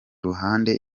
ruhande